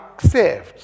saved